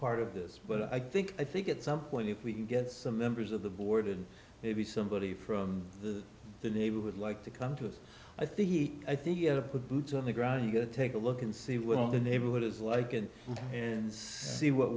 part of this but i think i think at some point if we can get some members of the board and maybe somebody from the neighborhood like to come to us i think he i think put boots on the ground you got to take a look and see what the neighborhood is like and and see what